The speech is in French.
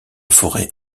forêt